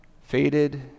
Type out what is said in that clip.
faded